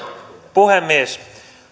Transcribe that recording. puhemies